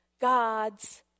God's